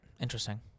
interesting